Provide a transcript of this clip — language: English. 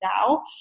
now